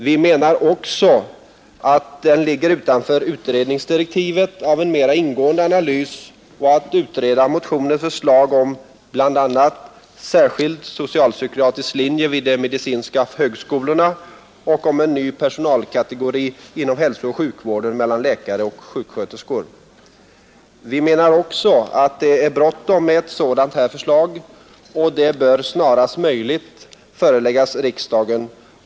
Vi menar också att det ligger utanför utredningsdirektiven om en mera ingående analys att utreda motionens förslag om bl.a. särskild socialpsykiatrisk linje vid de medicinska högskolorna och en ny personalkategori inom hälsooch sjukvården mellan läkare och sjuksköterskor. Ett sådant förslag är brådskande. Det bör snarast möjligt föreläggas riksdagen.